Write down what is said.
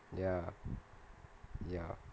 ya ya